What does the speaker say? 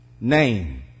name